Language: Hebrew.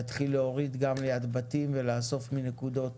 להתחיל להוריד גם ליד בתים ולאסוף מנקודות